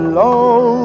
low